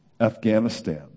Afghanistan